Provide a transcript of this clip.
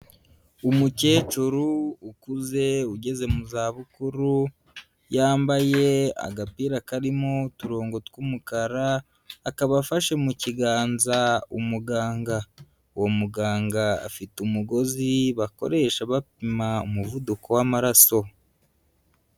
Umukecuru ukuze ugeze mu zabukuru, yambaye agapira karimo uturongo tw'umukara akaba afashe mu kiganza umuganga, uwo muganga afite umugozi bakoresha bapima umuvuduko w'amaraso.